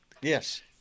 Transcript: Yes